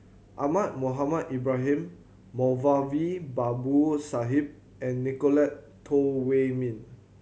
Ahmad Mohamed Ibrahim Moulavi Babu Sahib and Nicolette Teo Wei Min